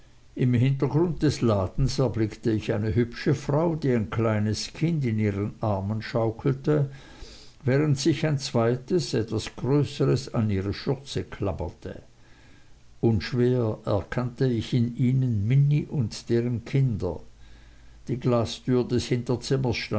im hintergrund des ladens erblickte ich eine hübsche frau die ein kleines kind in ihren armen schaukelte während sich ein zweites etwas größeres an ihre schürze klammerte unschwer erkannte ich in ihnen minnie und deren kinder die glastür des